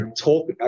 talk